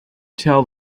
tell